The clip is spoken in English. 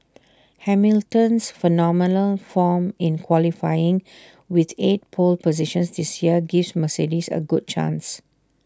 Hamilton's phenomenal form in qualifying with eight pole positions this year gives Mercedes A good chance